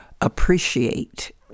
appreciate